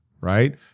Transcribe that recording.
right